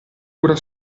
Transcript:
cura